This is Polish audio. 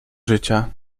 życia